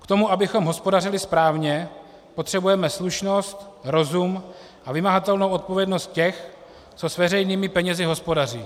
K tomu, abychom hospodařili správně, potřebujeme slušnost, rozum a vymahatelnou odpovědnost těch, kteří s veřejnými penězi hospodaří.